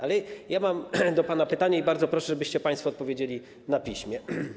Ale ja mam do pana pytanie i bardzo proszę, żebyście państwo odpowiedzieli na piśmie.